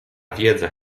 wiedza